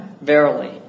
verily